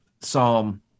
Psalm